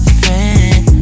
friend